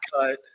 cut